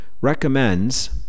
recommends